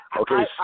Okay